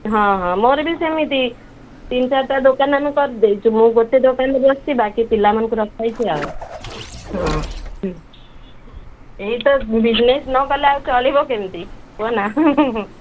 ହଁ ହଁ ମୋର ବି ସେମିତି ତିନି ଚାରିଟା ଦୋକାନ ଆମେ କରିଦେଇଛୁ ମୁଁ ଗୋଟେ ଦୋକାନରେ ବସିଛି ବାକି ପିଲାମାନଙ୍କୁ ରଖାଯାଇଛି ଆଉ ହଁ ଏଇ ତ ବିଜନେସ୍ ନ କଲେ ଆଉ ଚଳିବ କେମିତି କୁହନା